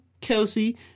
Kelsey